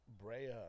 Brea